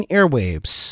Airwaves